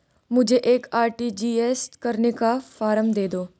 मुझे एक आर.टी.जी.एस करने का फारम दे दो?